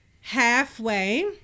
halfway